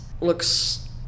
looks